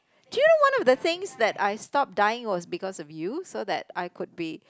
do you know one of the things that I stop dyeing was because of you so that I could be